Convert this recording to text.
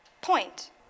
Point